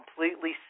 completely